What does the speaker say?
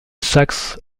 saxe